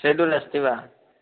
schedule अस्ति वा